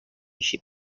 sheep